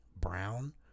Brown